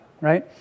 right